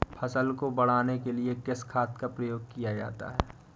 फसल को बढ़ाने के लिए किस खाद का प्रयोग किया जाता है?